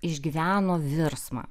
išgyveno virsmą